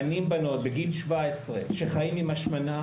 בנים-בנות בגיל 17 שחיים עם השמנה,